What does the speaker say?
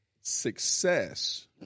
Success